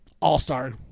all-star